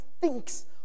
thinks